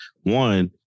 one